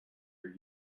are